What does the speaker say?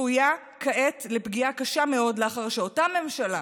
צפויה כעת לפגיעה קשה מאוד לאחר שאותה ממשלה,